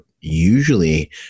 usually